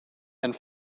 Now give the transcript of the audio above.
and